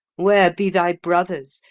where be thy brothers?